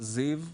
זיו,